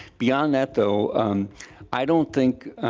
beyond that though i don't think,